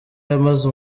yamaze